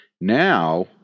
Now